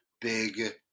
big